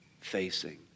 facing